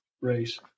race